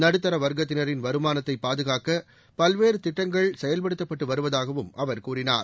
நடுத்தர வர்க்கத்தினரின் வருமானத்தை பாதுகாக்க பல்வேறு திட்டங்கள் செயல்படுத்தப்பட்டு வருவதாகவும் அவர் கூறினார்